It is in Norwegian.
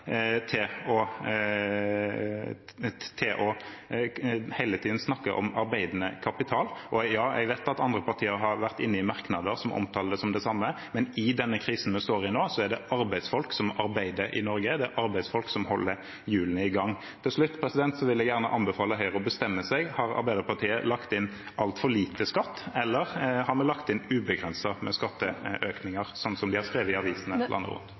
til hele tiden å snakke om arbeidende kapital. Ja, jeg vet at andre partier har vært inne i merknader som omtaler det som det samme, men i denne krisen vi står i nå, er det arbeidsfolk som arbeider i Norge, det er arbeidsfolk som holder hjulene i gang. Til slutt vil jeg gjerne anbefale Høyre å bestemme seg. Har Arbeiderpartiet lagt inn altfor lite skatt, eller har vi lagt inn ubegrenset med skatteøkninger, sånn som de har skrevet i avisene landet rundt?